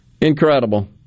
Incredible